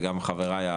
וחבריי,